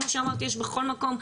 כמו שאמרתי יש בכל מקום,